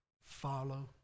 Follow